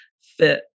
fit